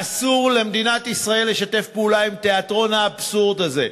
אסור למדינת ישראל לשתף פעולה עם תיאטרון האבסורד הזה.